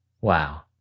Wow